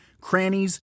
crannies